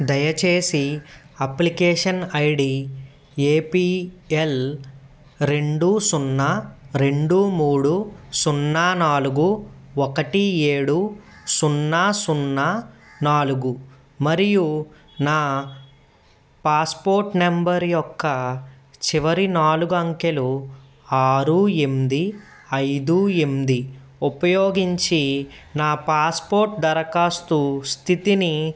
దయచేసి application I D A P L రెండు సున్నా రెండు మూడు సున్నా నాలుగు ఒకటి ఏడు సున్నా సున్నా నాలుగు మరియు నా పాస్పోర్ట్ నంబర్ యొక్క చివరి నాలుగు అంకెలు ఆరు ఎనిమిది ఐదు ఎనిమిది ఉపయోగించి నా పాస్పోర్ట్ దరఖాస్తు స్థితిని